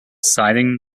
siding